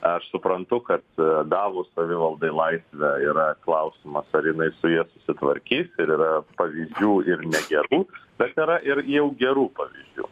aš suprantu kad davus savivaldai laisvę yra klausimas ar jinai su ja susitvarkys ir yra pavydžių ir negerų bet yra ir jau gerų pavyzdžių